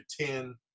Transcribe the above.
ten